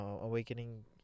Awakening